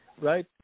right